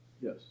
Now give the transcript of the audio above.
yes